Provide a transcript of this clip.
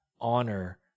honor